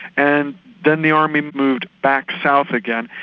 and then the army moved back south again.